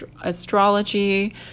astrology